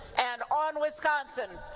and on, wisconsin!